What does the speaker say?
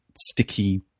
sticky